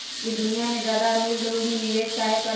ई दुनिया में ज्यादा अमीर लोग ही निवेस काहे करई?